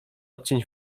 odcień